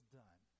done